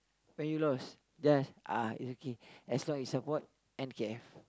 when you lose just uh as long you support N_K_F